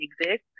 exist